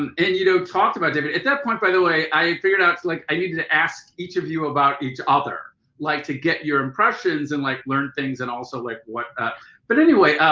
and then and you know talked about david. at that point by the way i figured out like i needed to ask each of you about each other. like to get your impressions and like learn things and also like what the but anyway,